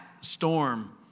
storm